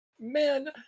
Man